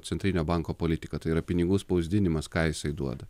centrinio banko politika tai yra pinigų spausdinimas ką jisai duoda